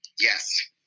Yes